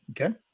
okay